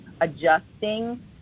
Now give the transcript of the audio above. adjusting